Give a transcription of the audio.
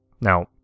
Now